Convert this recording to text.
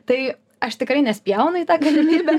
tai aš tikrai nespjaunu į tą galimybę